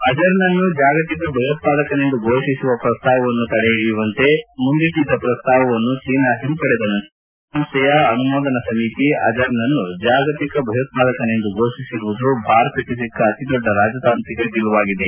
ಅಜರ್ನನ್ನು ಜಾಗತಿಕ ಭಯೋತ್ವಾದಕನೆಂದು ಘೋಷಿಸುವ ಪ್ರಸ್ತಾವವನ್ನು ತಡೆಹಿಡಿಯುವಂತೆ ಮುಂದಿಟ್ಟಿದ್ದ ಪ್ರಸ್ತಾವವನ್ನು ಚೀನಾ ಹಿಂಪಡೆದ ನಂತರ ವಿಶ್ವಸಂಸ್ಡೆಯ ಅನುಮೋದನಾ ಸಮಿತಿ ಅಜರ್ನನ್ನು ಜಾಗತಿಕ ಭಯೋತ್ವಾದಕನೆಂದು ಘೋಷಿಸಿರುವುದು ಭಾರತಕ್ಕೆ ಸಿಕ್ಕ ಅತಿದೊಡ್ಡ ರಾಜತಾಂತ್ರಿಕ ಗೆಲುವಾಗಿದೆ